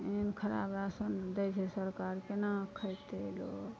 ओ खराब राशन दै छै सरकार केना खयतै लोग